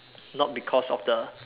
not because of the